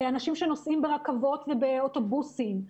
אנשים שנוסעים ברכבות ובאוטובוסים.